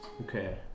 Okay